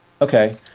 okay